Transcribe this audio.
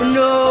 no